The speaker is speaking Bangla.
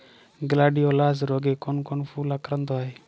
গ্লাডিওলাস রোগে কোন কোন ফুল আক্রান্ত হয়?